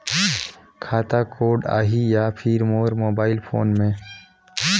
खाता कोड आही या फिर मोर मोबाइल फोन मे?